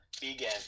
begin